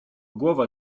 głowa